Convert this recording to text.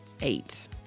eight